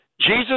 Jesus